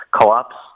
Co-ops